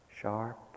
sharp